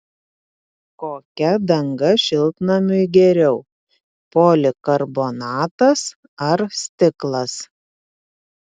kokia danga šiltnamiui geriau polikarbonatas ar stiklas